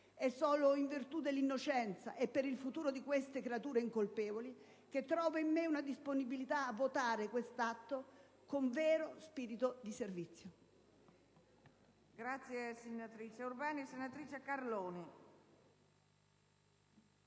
È solo in virtù dell'innocenza e per il futuro di queste creature incolpevoli che trovo in me una disponibilità a votare questo atto, con vero spirito di servizio.